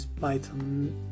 python